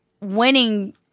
winning